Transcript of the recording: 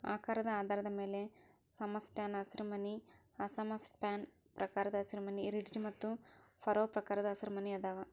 ಆಕಾರದ ಆಧಾರದ ಮ್ಯಾಲೆ ಸಮಸ್ಪ್ಯಾನ್ ಹಸಿರುಮನಿ ಅಸಮ ಸ್ಪ್ಯಾನ್ ಪ್ರಕಾರದ ಹಸಿರುಮನಿ, ರಿಡ್ಜ್ ಮತ್ತು ಫರೋ ಪ್ರಕಾರದ ಹಸಿರುಮನಿ ಅದಾವ